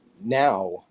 now